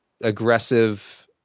aggressive